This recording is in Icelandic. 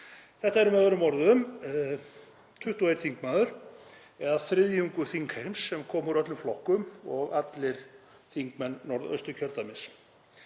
Þetta eru með öðrum orðum 21 þingmaður eða þriðjungur þingheims sem koma úr öllum flokkum og allir þingmenn Norðausturkjördæmis.